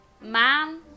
man